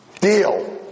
Deal